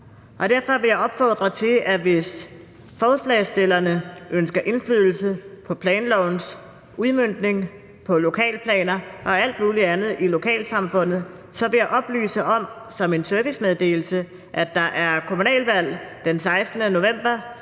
Derfor vil jeg, hvis forslagsstillerne ønsker indflydelse på planlovens udmøntning, på lokalplaner og alt muligt andet i lokalsamfundet, som en servicemeddelelse oplyse om, at der er kommunalvalg den 16. november,